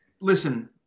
Listen